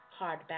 Hardback